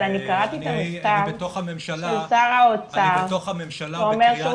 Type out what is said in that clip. אבל אני קראתי את המכתב של שר האוצר שאומר שהוא